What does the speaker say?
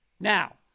Now